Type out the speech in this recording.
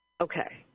Okay